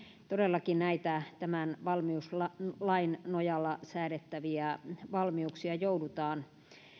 todellakin näitä valmiuslain nojalla säädettäviä valmiuksia joudutaan